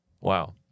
wow